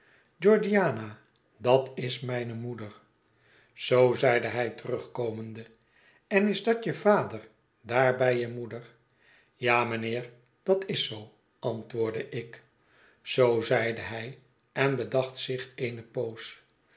georgiana dat is mijne moeder zoo zeide hij terugkomende en isdatje vader daar bij je moeder ja mijnheer dat is zoo antwoordde ik zoo zeide hij en bedacht zich eene poos